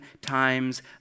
times